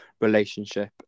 relationship